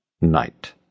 night